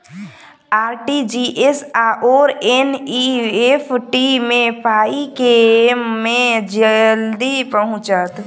RTGS आओर NEFT मे पाई केँ मे जल्दी पहुँचत?